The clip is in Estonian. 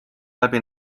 läbi